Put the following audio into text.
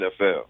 NFL